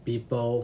people